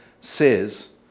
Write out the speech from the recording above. says